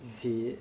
is it